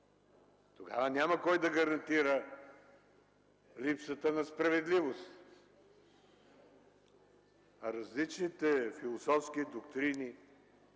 Тогава няма кой да гарантира липсата на справедливост, а различните философски доктрини